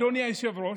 אדוני היושב-ראש,